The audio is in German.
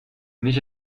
mich